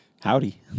Howdy